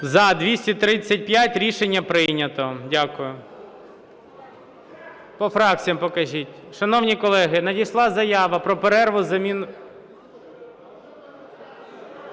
За-235 Рішення прийнято. Дякую. По фракціях покажіть. Шановні колеги, надійшла заява про перерву з заміною…